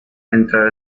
entrar